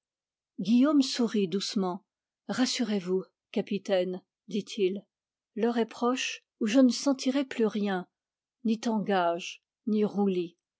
guillaume sourit doucement rassurez-vous capitaine dit-il l'heure est proche où je ne sentirai plus rien ni tangage ni roulis